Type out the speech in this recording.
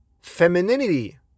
femininity